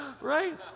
Right